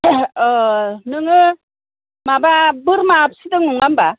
नोङो माबा बोरमा फिसिदों नङा होनबा